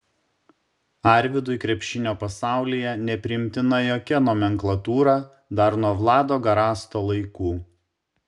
arvydui krepšinio pasaulyje nepriimtina jokia nomenklatūra dar nuo vlado garasto laikų